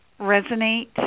resonate